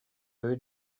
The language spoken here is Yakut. үһү